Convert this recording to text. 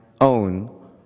own